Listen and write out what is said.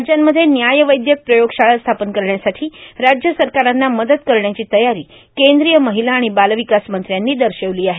राज्यांमध्ये व्यायवैद्यक प्रयोगशाळा स्थापन करण्यासाठी राज्य सरकारांना मदत करण्याची तयारी केंद्रीय महिला आणि बालविकास मंत्र्यांनी दर्शवली आहे